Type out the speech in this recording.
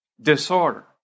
disorder